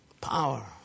Power